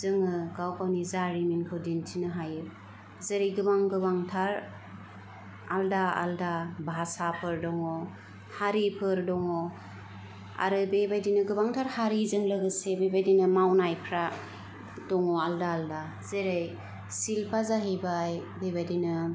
जोङो गाव गावनि जारिमिनखौ दिन्थिनो हायो जेरै गोबां गोबांथार आलदा आलदा भाषाफोर दं हारिफोर दङ आरो बेबायदिनो गोबांथार हारिजों लोगोसे बेबायदिनो मावनायफ्रा दङ आलदा आलदा जेरै सिल्पआ जाहैबाय बेबायदिनो